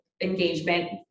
engagement